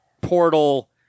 portal